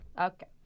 Okay